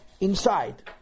Inside